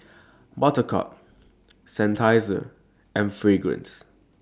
Buttercup Seinheiser and Fragrance